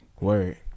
Word